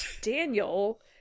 Daniel